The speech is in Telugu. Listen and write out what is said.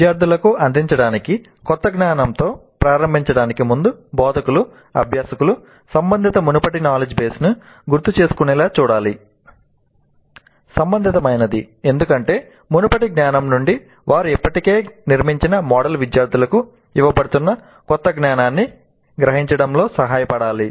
విద్యార్థులకు అందించడానికి కొత్త జ్ఞానంతో ప్రారంభించడానికి ముందు బోధకులు అభ్యాసకులు సంబంధిత మునుపటి నాలెడ్జి బేస్ ని గుర్తుచేసుకునేలా చూడాలి